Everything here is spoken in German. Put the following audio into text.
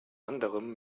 anderem